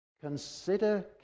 consider